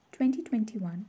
2021